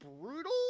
brutal